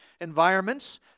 environments